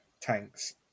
tanks